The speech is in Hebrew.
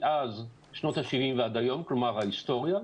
מאז שנות השבעים ועד היום, כלומר ההיסטוריה.